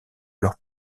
leur